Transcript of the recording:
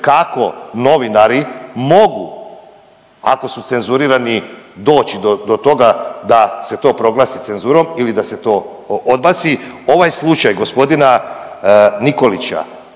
kako novinari mogu ako su cenzurirani doći do toga da se to proglasi cenzurom ili da se to odbaci. Ovaj slučaj gospodina Nikolića